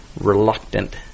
reluctant